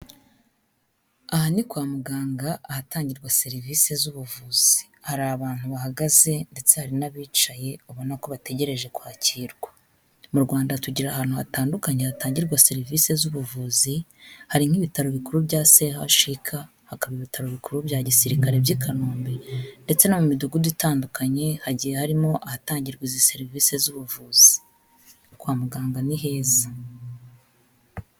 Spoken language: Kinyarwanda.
Aha ni kwa muganga ahatangirwa serivisi z'ubuvuzi. Hari abantu bahagaze ndetse hari n'abicaye ubona ko bategereje kwakirwa. Mu Rwanda tugira ahantu hatandukanye hatangirwa serivisi z'ubuvuzi. Hari nk'ibitaro bikuru bya CHUK, hakaba ibitaro bikuru bya gisirikare by'i Kanombe, ndetse no mu midugudu itandukanye hagiye harimo ahatangirwa izi serivisi z'ubuvuzi. Kwa muganga ni heza.